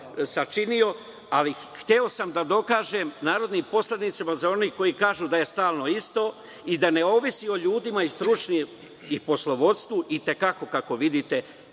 sačinio, ali hteo sam da dokažem narodnim poslanicima, za one koji kažu da je stalno isto i da ne ovisi o ljudima i stručnom poslovodstvu. I te kako, kako vidite,